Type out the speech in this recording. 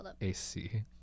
AC